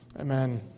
Amen